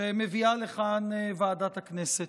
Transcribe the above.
שמביאה לכאן ועדת הכנסת.